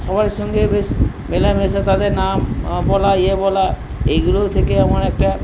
সবার সঙ্গে বেশ মেলামেশা তাদের নাম বলা ইয়ে বলা এগুলো থেকে আমার একটা